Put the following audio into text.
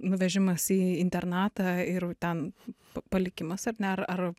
nuvežimas į internatą ir ten palikimas ar ne ar ar